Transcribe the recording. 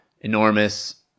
enormous